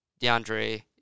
DeAndre